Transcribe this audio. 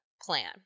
plan